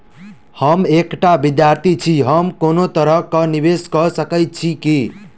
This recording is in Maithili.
हम एकटा विधार्थी छी, हम कोनो तरह कऽ निवेश कऽ सकय छी की?